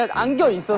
ah i'm going so